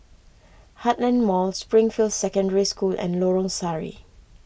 Heartland Mall Springfield Secondary School and Lorong Sari